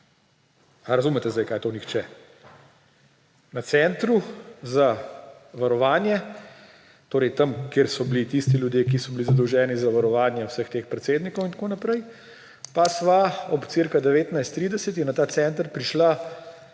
razumete zdaj, kaj je to nihče? Na Center za varovanje in zaščito, torej tam, kjer so bili tisti ljudje, ki so bili zadolženi za varovanje vseh teh predsednikov in tako naprej, pa smo ob okoli 19.30 prišla